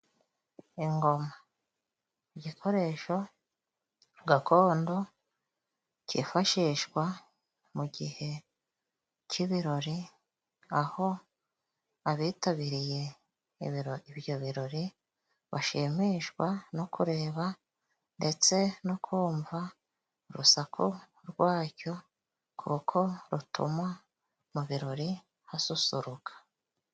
Ingoma, igikoresho gakondo cyifashishwa mu gihe cy'ibirori aho abitabiriye ibiro ibyo birori bashimishwa no kureba ndetse no kumva urusaku rwacyo kuko rutuma mu birori hasusuruka.